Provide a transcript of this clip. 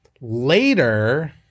later